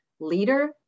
leader